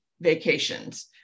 vacations